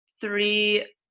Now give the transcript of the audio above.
three